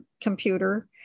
computer